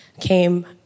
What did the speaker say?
came